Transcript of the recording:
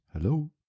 Hello